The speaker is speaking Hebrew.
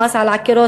המס על עקרות-בית,